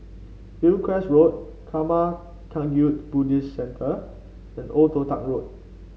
Hillcrest Road Karma Kagyud Buddhist Centre and Old Toh Tuck Road